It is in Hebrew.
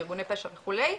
בארגוני פשע וכו',